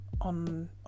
on